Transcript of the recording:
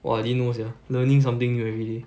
!wah! I didn't know sia learning something new everyday